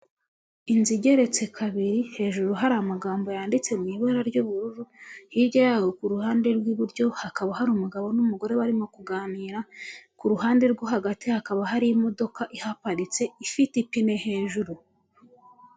Inzu igeretse kabiri hejuru hari amagambo yanditse mu ibara ry'ubururu, hirya yaho ku ruhande rw'iburyo hakaba hari umugabo n'umugore barimo kuganira, ku ruhande rwo hagati hakaba hari imodoka iparitse ifite ipine hejuru.